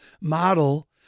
model